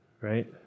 right